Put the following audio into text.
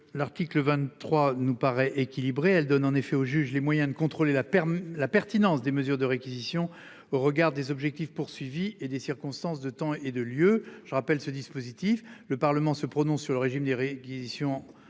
l'article 23 nous paraît équilibré. Elle donne en effet au juge les moyens de contrôler la la pertinence des mesures de réquisition au regard des objectifs poursuivis et des circonstances de temps et de lieu. Je rappelle ce dispositif. Le Parlement se prononce sur le régime des réquisitions